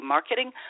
Marketing